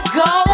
go